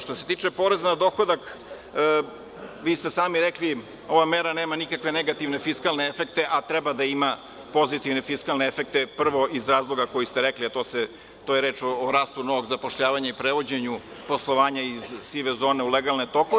Što se tiče poreza na dohodak, sami ste rekli da ova mera nema nikakve negativne fiskalne efekte, a treba da ima pozitivne fiskalne efekte, prvo, iz razloga koji ste rekli, a reč je o rastu novog zapošljavanja i prevođenju poslovanja iz sive zone u legalne tokove.